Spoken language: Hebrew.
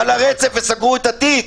-- על הרצף, וסגרו את התיק?